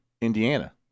Indiana